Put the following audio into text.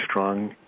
strong